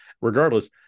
regardless